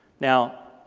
now,